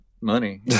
money